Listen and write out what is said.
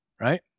Right